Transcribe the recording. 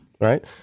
right